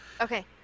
Okay